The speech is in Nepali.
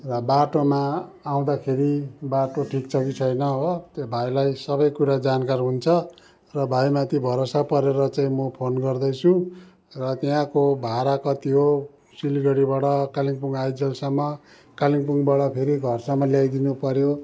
र बाटोमा आउँदाखेरि बाटो ठिक छ कि छैन हो त्यो भाइलाई सब कुरा जानकार हुन्छ र भाइ माथि भरोसा परेर चाहिँ म फोन गर्दैछु र त्यहाँको भाडा कति हो सिलगढीबाट कालिम्पोङ आइन्जेलसम्म कालिम्पोङबाट फेरि घरसम्म ल्याइदिनु पऱ्यो